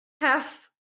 Half